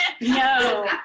No